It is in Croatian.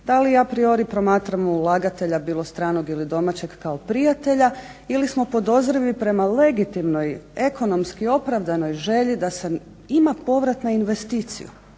Da li a priori promatramo ulagatelja bilo stranog ili domaćeg kao prijatelja ili smo podozrivi prema legitimnoj ekonomski opravdanoj želji da se ima povrat na investiciju